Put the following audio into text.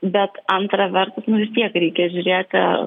bet antra vertus nu vis tiek reikia žiūrėti